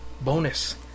bonus